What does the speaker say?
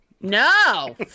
No